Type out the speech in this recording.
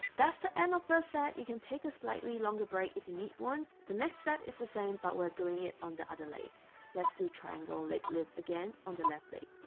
that's the and set. you can take a slightly longer break if you need one the next set is the same but we're doing it on the other leg let's do triangle leg lift again on the left leg